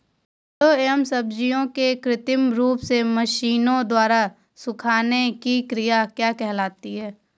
फलों एवं सब्जियों के कृत्रिम रूप से मशीनों द्वारा सुखाने की क्रिया क्या कहलाती है?